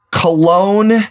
cologne